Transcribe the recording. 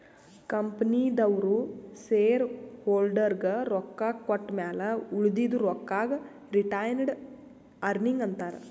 ಕಂಪನಿದವ್ರು ಶೇರ್ ಹೋಲ್ಡರ್ಗ ರೊಕ್ಕಾ ಕೊಟ್ಟಮ್ಯಾಲ ಉಳದಿದು ರೊಕ್ಕಾಗ ರಿಟೈನ್ಡ್ ಅರ್ನಿಂಗ್ ಅಂತಾರ